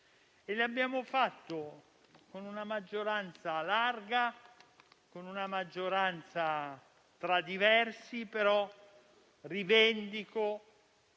E lo abbiamo fatto con una maggioranza ampia, una maggioranza tra diversi, e rivendico